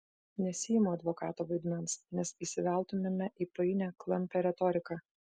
nesiimu advokato vaidmens nes įsiveltumėme į painią klampią retoriką